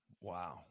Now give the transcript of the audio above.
Wow